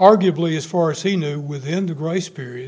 arguably is foreseen or within the grace period